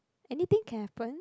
anything can happen